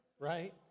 Right